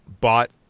bought